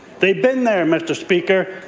they've been there, mr. speaker,